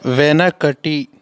వెనకటి